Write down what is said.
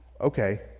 okay